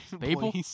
people